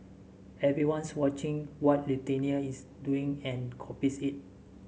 everyone's watching what Lithuania is doing and copies it